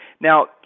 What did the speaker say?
Now